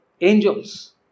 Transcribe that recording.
angels